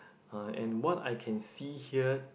uh and what I can see here